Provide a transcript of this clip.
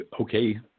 okay